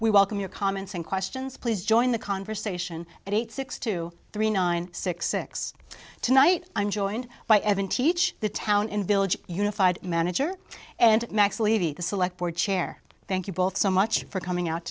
we welcome your comments and questions please join the conversation at eight six to three nine six six tonight i'm joined by evan teach the town in village unified manager and max levy the select board chair thank you both so much for coming out